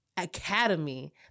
Academy